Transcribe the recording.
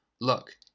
Look